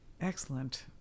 Excellent